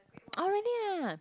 oh really ah